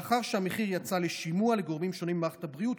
לאחר שהמחיר יצא לשימוע לגורמים שונים במערכת החולים,